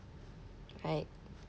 right